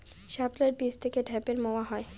শাপলার বীজ থেকে ঢ্যাপের মোয়া হয়?